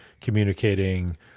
communicating